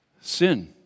Sin